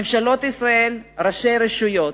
ממשלות ישראל, ראשי הרשויות.